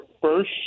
first